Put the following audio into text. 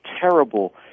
terrible